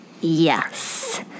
Yes